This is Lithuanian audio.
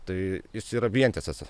tai jis yra vientisas